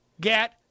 get